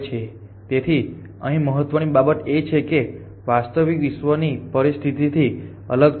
તેથી અહીં મહત્ત્વની બાબત એ છે કે તે વાસ્તવિક વિશ્વની પરિસ્થિતિથી અલગ છે